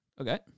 Okay